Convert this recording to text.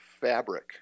fabric